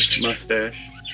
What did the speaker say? mustache